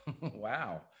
wow